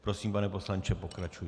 Prosím, pane poslanče, pokračujte.